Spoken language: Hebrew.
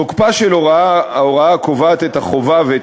תוקפה של ההוראה הקובעת את החובה ואת